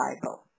Bible